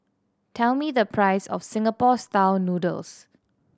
tell me the price of Singapore Style Noodles